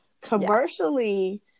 commercially